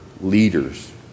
leaders